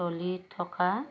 চলি থকা